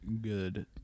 good